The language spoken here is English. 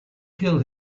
kill